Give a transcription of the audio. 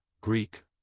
Greek